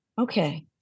Okay